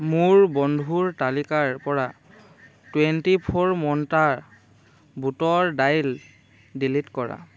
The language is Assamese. মোৰ বন্ধুৰ তালিকাৰ পৰা টুৱেণ্টি ফ'ৰ মন্ত্ৰা বুটৰ দাইল ডিলিট কৰা